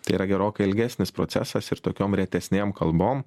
tai yra gerokai ilgesnis procesas ir tokiom retesnėm kalbom